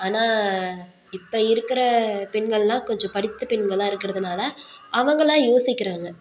ஆனால் இப்போ இருக்கிற பெண்கள்லாம் கொஞ்சம் படித்த பெண்களாக இருக்கிறதுனால அவங்களான் யோசிக்கிறாங்க